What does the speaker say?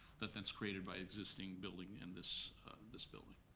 that then's created by existing building and this this building.